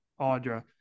Audra